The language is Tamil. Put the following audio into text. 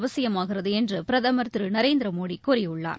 அவசியமாகிறதுஎன்றுபிரதுமர் திருநரேந்திரமோடிகூறியுள்ளார்